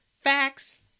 Facts